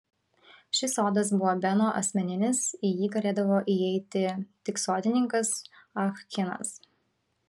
šis sodas buvo beno asmeninis į jį galėdavo įeiti tik sodininkas ah kinas